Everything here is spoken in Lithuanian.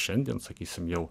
šiandien sakysim jau